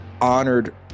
honored